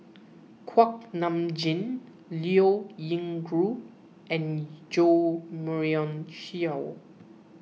Kuak Nam Jin Liao Yingru and Jo Marion Seow